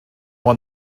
ond